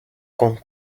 con